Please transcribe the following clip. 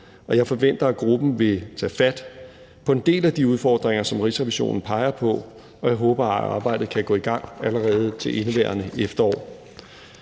jeg forventer, at gruppen vil tage fat på en del af de udfordringer, som Rigsrevisionen peger på, og jeg håber, at arbejdet kan gå i gang allerede til indeværende efterår.